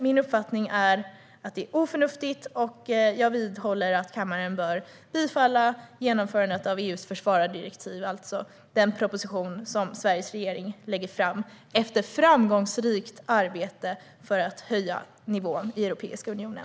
Min uppfattning är att det är oförnuftigt, och jag vidhåller därför att kammaren bör bifalla propositionen om genomförandet av EU:s försvarardirektiv, alltså den proposition som Sveri ges regering lägger fram efter ett framgångsrikt arbete för att höja nivån i Europeiska unionen.